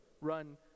run